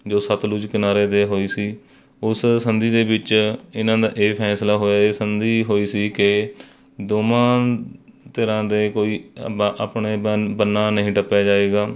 ਜੋ ਸਤਲੁਜ ਕਿਨਾਰੇ ਦੇ ਹੋਈ ਸੀ ਉਸ ਸੰਧੀ ਦੇ ਵਿੱਚ ਇਹਨਾਂ ਦਾ ਇਹ ਫੈਸਲਾ ਹੋਇਆ ਇਹ ਸੰਧੀ ਹੋਈ ਸੀ ਕਿ ਦੋਵਾਂ ਧਿਰਾਂ ਦੇ ਕੋਈ ਅੰ ਬਾ ਆਪਣੇ ਬੰਨ ਬੰਨਾ ਨਹੀਂ ਟੱਪਿਆ ਜਾਵੇਗਾ